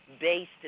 based